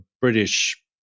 British